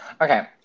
Okay